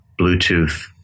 Bluetooth